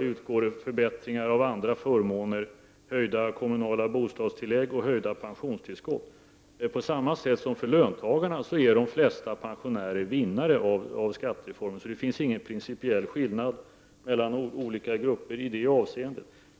utgår förbättringar av andra förmåner, som höjda kommunala bostadstillägg och höjda pensionstillskott, På samma sätt som löntagarna är de flesta pensionärer vinnare genom skattereformen, så det finns ingen principiell skillnad mellan olika grupper i det avseendet.